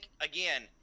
again